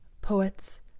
poets